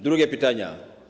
Drugie pytanie.